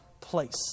place